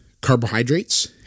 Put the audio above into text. carbohydrates